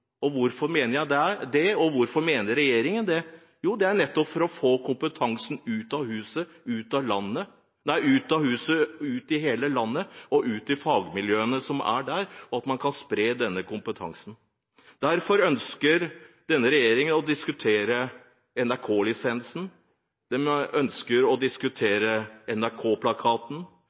produksjon. Hvorfor mener jeg det, og hvorfor mener regjeringen det? Jo, det er nettopp for å få kompetansen ut av huset, ut i hele landet og ut til fagmiljøene som er der – for å spre denne kompetansen. Derfor ønsker denne regjeringen å diskutere NRK-lisensen. Man ønsker å diskutere